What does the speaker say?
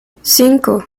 cinco